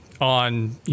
on